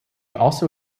also